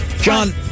John